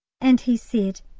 and he said,